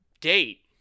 date